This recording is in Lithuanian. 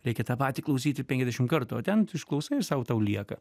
reikia tą patį klausyti penkiasdešimt kartų o ten išklausai sau tau lieka